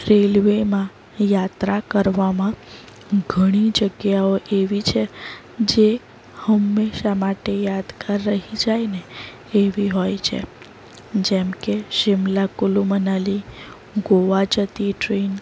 રેલવેમાં યાત્રા કરવામાં ઘણી જગ્યાઓ એવી છે જે હંમેશા માટે યાદગાર રહી જાયને એવી હોય છે જેમકે શિમલા કુલું મનાલી ગોવા જતી ટ્રેન